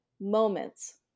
moments